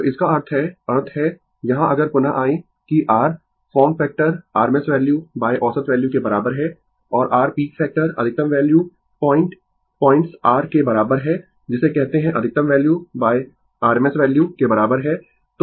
तो इसका अर्थ है अर्थ है यहाँ अगर पुनः आयें कि r form factor RMS value औसत वैल्यू के बराबर है और r पीक फैक्टर अधिकतम वैल्यू पॉइंट पॉइंट्स r के बराबर है जिसे कहते है अधिकतम वैल्यू RMS वैल्यू के बराबर है